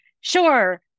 sure